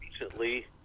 Recently